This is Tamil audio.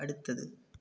அடுத்தது